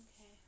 Okay